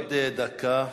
עוד דקה.